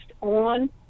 on